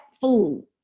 fool